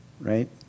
right